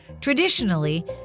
Traditionally